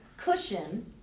cushion